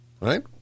Right